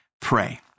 Pray